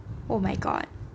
O_M_G